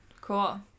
Cool